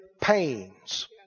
pains